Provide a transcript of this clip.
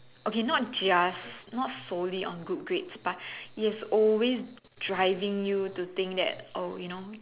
okay not just not solely on good grades but it's always driving you to think that you know